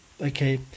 okay